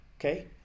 okay